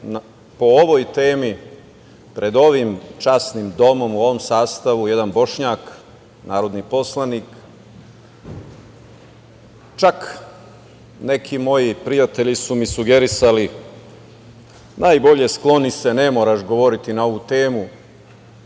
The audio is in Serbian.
po ovoj temi, pred ovim časnim domom u ovom sastavu jedan Bošnjak, narodni poslanik. Čak, neki moji prijatelji su mi sugerisali, najbolje skloni se, ne moraš govoriti na ovu temu